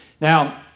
Now